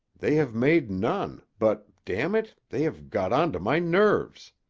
they have made none, but, damn it! they have got on to my nerves.